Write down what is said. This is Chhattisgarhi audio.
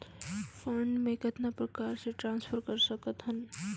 फंड मे कतना प्रकार से ट्रांसफर कर सकत हन?